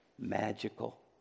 magical